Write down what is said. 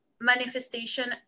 manifestation